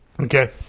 Okay